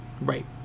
Right